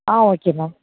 ah okay ma'am